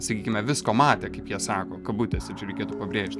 sakykime visko matę kaip jie sako kabutėse čia reikėtų pabrėžt